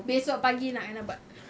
besok pagi nak kena buat